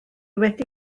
wedi